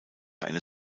eine